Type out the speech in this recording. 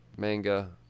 Manga